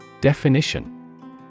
Definition